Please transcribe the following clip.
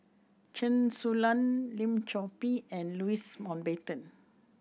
Chen Su Lan Lim Chor Pee and Louis Mountbatten